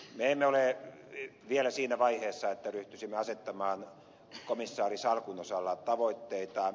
me emme ole vielä siinä vaiheessa että ryhtyisimme asettamaan komissaarinsalkun osalta tavoitteita